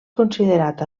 considerat